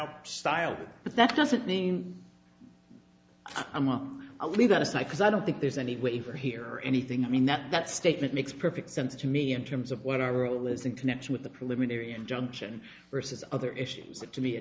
now style but that doesn't mean i'm on a we got a sigh cause i don't think there's any waiver here or anything i mean that that statement makes perfect sense to me in terms of what our role is in connection with the preliminary injunction versus other issues that to me